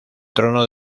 trono